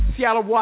Seattle